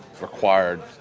required